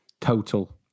total